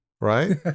right